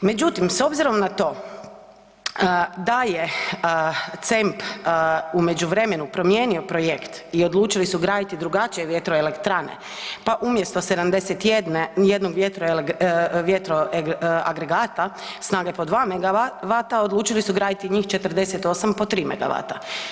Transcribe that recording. Međutim, s obzirom na to da je CEMP u međuvremenu promijenio projekt i odlučili su graditi drugačije vjetroelektrane pa umjesto 71 vjetroagregata snage po 2MW odlučili su graditi njih 48 po 3MW.